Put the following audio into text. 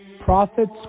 Prophets